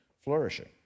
flourishing